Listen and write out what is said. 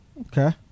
Okay